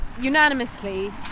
unanimously